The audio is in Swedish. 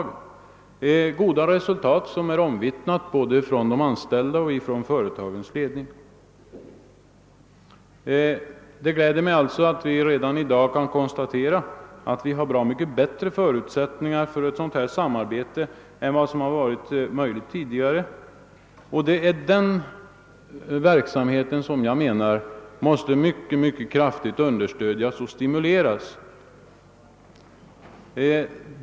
Dessa goda resultat har omvittnats både av de anställda och av företagets ledning. Vi har sålunda åtskilligt bättre förutsättningar för ett samarbete än tidigare, och det är denna verksamhet som jag menar måste kraftigt understödjas och stimuleras.